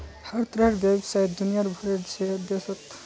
हर तरहर व्यवसाय दुनियार भरेर देशत ट्रैवलर चेकेर द्वारे करवा सख छि